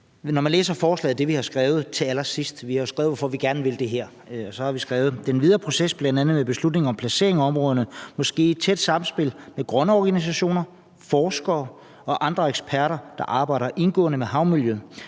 når man læser forslaget og det, vi har skrevet til allersidst – vi har jo skrevet, hvorfor vi gerne vil det her – kan man se, at vi har skrevet: »Den videre proces, bl.a. med beslutninger om placering af områderne, må ske i tæt samspil med grønne organisationer, forskere og andre eksperter, der arbejder indgående med havmiljø,